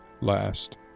last